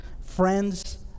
friends